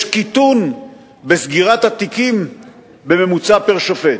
יש קיטון בסגירת התיקים בממוצע פר-שופט.